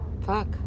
Fuck